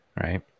Right